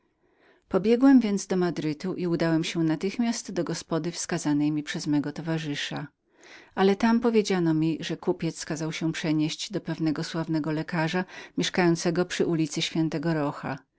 pobiegłem więc czemprędzej do madrytu i udałem się natychmiast do gospody wskazanej mi przez mego towarzysza ale tam powiedziano mi że kupiec kazał się przenieść do pewnego sławnego lekarza mieszkającego przy ulicy ś rocha